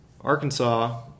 Arkansas